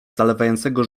zalewającego